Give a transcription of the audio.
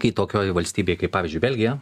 kai tokioj valstybėj kaip pavyzdžiui belgija